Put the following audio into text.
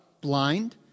blind